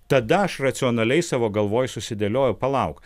tada aš racionaliai savo galvoj susidėlioju palauk